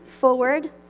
forward